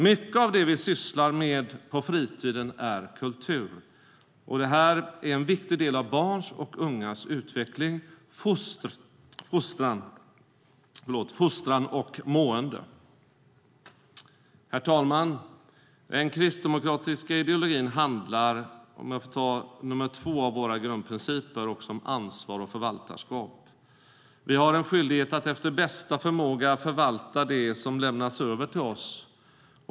Mycket av det vi sysslar med på fritiden är kultur, och det är en viktig del av barns och ungas utveckling, fostran och mående. Herr talman! Den kristdemokratiska ideologin handlar - nu kommer jag till nr 2 bland våra grundprinciper - också om ansvar och förvaltarskap. Vi har en skyldighet att efter bästa förmåga förvalta det som lämnats över till oss.